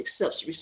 accepts